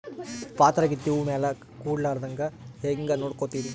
ಪಾತರಗಿತ್ತಿ ಹೂ ಮ್ಯಾಲ ಕೂಡಲಾರ್ದಂಗ ಹೇಂಗ ನೋಡಕೋತಿರಿ?